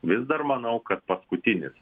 vis dar manau kad paskutinis